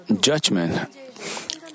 judgment